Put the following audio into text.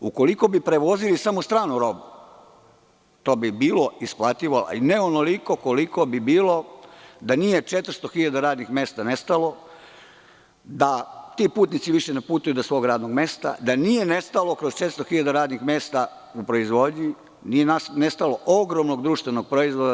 Ukoliko bi prevozili samo stranu robu, to bi bilo isplativo, ali ne onoliko koliko bi bilo da nije 400 hiljada radnih mesta nestalo, da ti putnici više ne putuju do svog radnom mesta, da nije nestalo kroz 400 hiljada radnih mesta u proizvodnji ogroman društveni proizvod.